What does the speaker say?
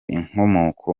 inkomoko